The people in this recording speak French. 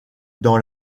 dans